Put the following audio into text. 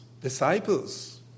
Disciples